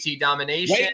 Domination